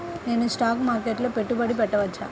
నేను స్టాక్ మార్కెట్లో పెట్టుబడి పెట్టవచ్చా?